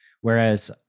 Whereas